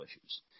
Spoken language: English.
issues